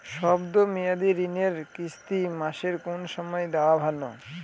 শব্দ মেয়াদি ঋণের কিস্তি মাসের কোন সময় দেওয়া ভালো?